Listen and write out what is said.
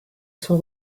son